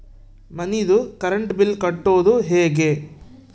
ಮನಿದು current bill ಕಟ್ಟೊದು ಹೇಗೆ?